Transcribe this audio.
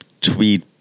tweet